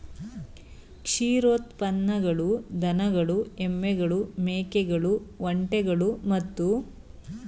ಕ್ಷೀರೋತ್ಪನ್ನಗಳು ದನಗಳು ಎಮ್ಮೆಗಳು ಮೇಕೆಗಳು ಒಂಟೆಗಳು ಮತ್ತು ಸಸ್ತನಿಗಳ ಹಾಲಿನಿಂದ ಉತ್ಪಾದಿಸಲಾದ ಒಂದು ಬಗೆಯ ಆಹಾರ